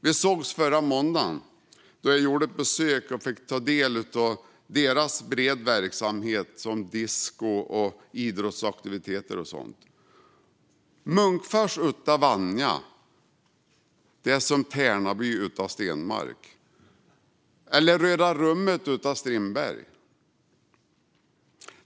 Vi sågs förra måndagen, då jag gjorde ett besök och fick ta del av deras breda verksamhet, såsom disko och idrottsaktiviteter. Munkfors utan Vanja skulle vara som Tärnaby utan Stenmark eller Röda rummet utan Strindberg.